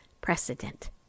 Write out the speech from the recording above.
Precedent